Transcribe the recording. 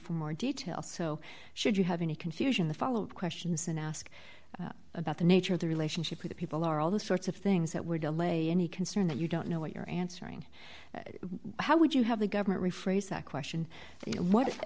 for more detail so should you have any confusion the follow up questions and ask about the nature of the relationship or the people are all the sorts of things that were delay any concern that you don't know what you're answering how would you have the government rephrase that question what